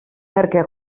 merke